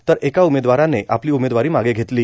तर एका उमेदवाराने आपली उमेदवारी मागे घेतली